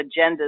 agendas